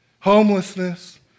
homelessness